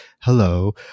hello